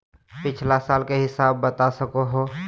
पिछला साल के हिसाब बता सको हो?